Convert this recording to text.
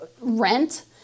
rent